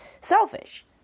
selfish